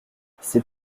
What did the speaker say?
c’est